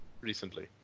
recently